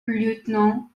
lieutenant